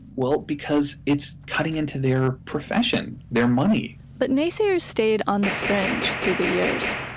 well, because it's cutting into their profession, their money but naysayers stayed on the fringe through the years.